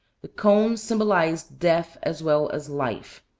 the cone symbolized death as well as life.